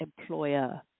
employer